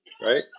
right